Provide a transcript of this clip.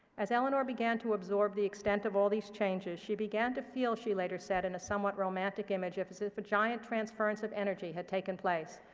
as eleanor began to absorb the extent of all these changes, she began to feel, she later said, in a somewhat romantic image, as if ah ah transference of energy had taken place,